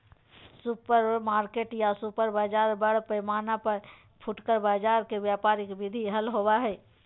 supermarket या super बाजार बड़ पैमाना पर फुटकर बाजार के व्यापारिक विधि हल होबा हई